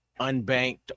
unbanked